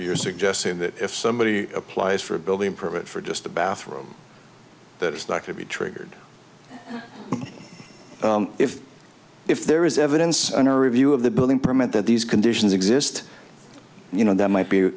you're suggesting that if somebody applies for a building permit for just a bathroom that is not to be triggered if if there is evidence under review of the building permit that these conditions exist and you know there might be